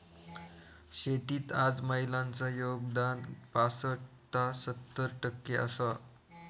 शेतीत आज महिलांचा योगदान पासट ता सत्तर टक्के आसा